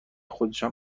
خودشان